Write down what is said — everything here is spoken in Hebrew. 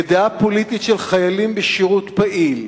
כדעה פוליטית של חיילים בשירות פעיל,